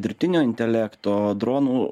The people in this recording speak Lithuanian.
dirbtinio intelekto dronų